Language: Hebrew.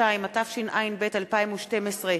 52), התשע"ב 2012,